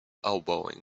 elbowing